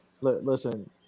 Listen